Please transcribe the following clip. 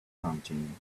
hunting